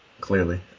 Clearly